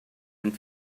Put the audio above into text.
and